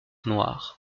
noire